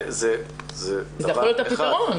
זה יכול להיות הפתרון.